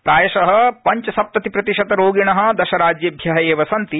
प्रायश पंचसप्तति प्रतिशत रोगिण दशराज्यश्रि एव सन्ति